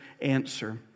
answer